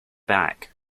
back